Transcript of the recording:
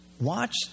Watch